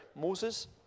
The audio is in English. Moses